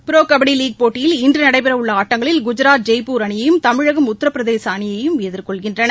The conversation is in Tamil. ப்ரோ கபடி லீக் போட்டியில் இன்று நடைபெறவுள்ள ஆட்டங்களில் குஜராத் ஜெய்ப்பூர் அணியையும் தமிழகம் உத்தரபிரேச அணியையும் எதிர்கொள்கின்றன